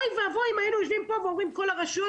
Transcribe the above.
אוי ואבוי אם היינו יושבים פה ואומרים "כל הרשויות",